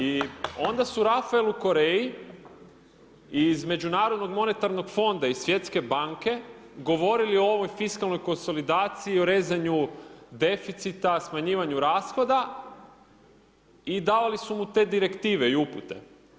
I onda su Rafaelu Korea-i iz Međunarodnog monetarnog fonda iz Svjetske banke govorili o ovoj fiskalnoj konsolidaciji, o rezanju deficita, smanjivanju rashoda, i davali su mu te direktive i upute.